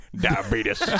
diabetes